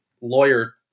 lawyer